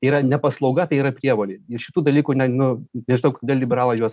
yra ne paslauga tai yra prievolė ir šitų dalykų ne nu nežinau kodėl liberalai juos